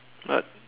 what